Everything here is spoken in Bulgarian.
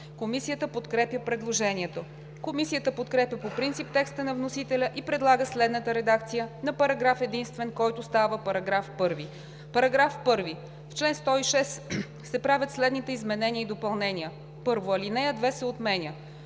Комисията подкрепя предложението. Комисията подкрепя по принцип текста на вносителя и предлага следната редакция на параграф единствен, който става § 1: „§ 1. В чл. 106 се правят следните изменения и допълнения: 1. Алинея 2 се отменя.